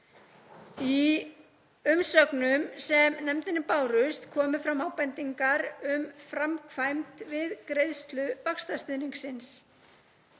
Í umsögnum sem nefndinni bárust komu fram ábendingar um framkvæmd við greiðslu vaxtastuðningsins.